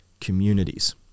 communities